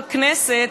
בכנסת,